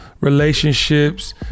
relationships